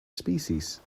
species